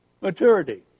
Maturity